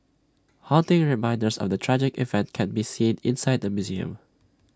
haunting reminders of the tragic event can be seen inside the museum